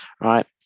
right